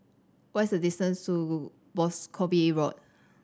what's the distance to Boscombe Road